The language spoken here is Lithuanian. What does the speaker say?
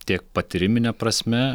tiek patyrimine prasme